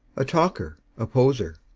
a talker, a poser,